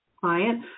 client